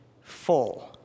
Full